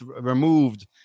removed